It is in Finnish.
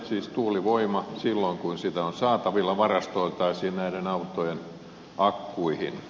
siis tuulivoima silloin kun sitä on saatavilla varastoitaisiin näiden autojen akkuihin